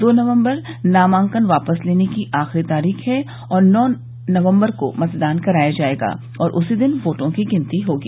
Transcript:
दो नवम्बर नामांकन वापस लेने की आखिरी तारीख है और नौ नवम्बर को मतदान कराया जायेगा और उसी दिन वोटों की गिनती होगी